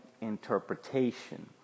interpretation